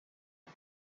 bon